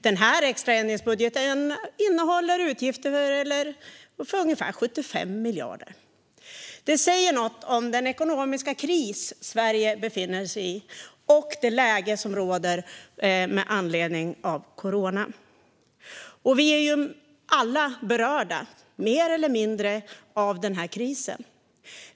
Den här extra ändringsbudgeten innehåller utgifter för ungefär 75 miljarder. Det säger något om den ekonomiska kris Sverige befinner sig i och det läge som råder med anledning av coronaviruset. Vi är alla mer eller mindre berörda av krisen.